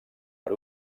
per